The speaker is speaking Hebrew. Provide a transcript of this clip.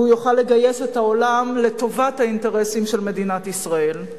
ויוכל לגייס את העולם לטובת האינטרסים של מדינת ישראל.